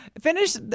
Finish